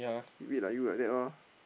he abit like you like that lor